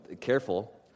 careful